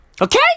Okay